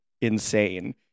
insane